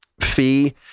fee